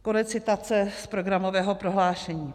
Konec citace z programového prohlášení.